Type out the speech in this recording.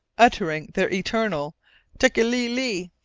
uttering their eternal tekeli-li,